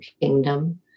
kingdom